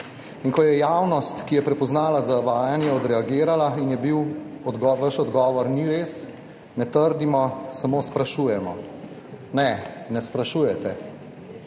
In ko je javnost, ki je prepoznala zavajanje, odreagirala, je bil vaš odgovor, ni res, ne trdimo, samo sprašujemo. Ne, ne sprašujete.